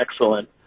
excellent